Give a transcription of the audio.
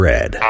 Red